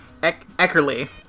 Eckerly